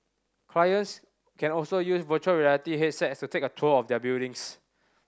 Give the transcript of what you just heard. clients can also use virtual reality headset to take a tour of their buildings